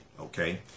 okay